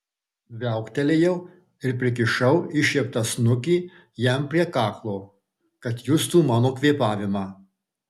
viauktelėjau ir prikišau iššieptą snukį jam prie kaklo kad justų mano kvėpavimą